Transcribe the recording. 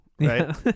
Right